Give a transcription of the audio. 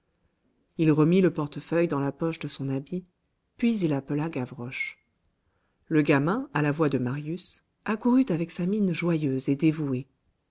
il remit le portefeuille dans la poche de son habit puis il appela gavroche le gamin à la voix de marius accourut avec sa mine joyeuse et dévouée